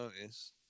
notice